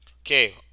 Okay